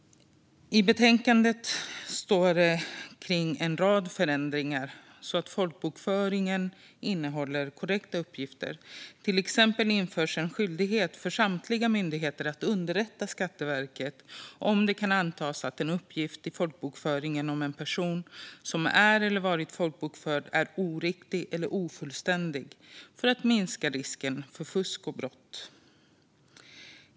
I betänkandet finns det förslag på en rad förändringar för att folkbokföringen ska innehålla korrekta uppgifter. Till exempel införs en skyldighet för samtliga myndigheter att underrätta Skatteverket om det kan antas att en uppgift i folkbokföringen om en person som är eller har varit folkbokförd är oriktig eller ofullständig. Det handlar om att minska risken för fusk och brott.